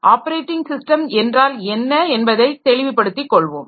operating system என்றால் என்ன என்பதை தெளிவுபடுத்திக் கொள்வோம்